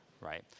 right